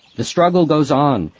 the struggle goes on.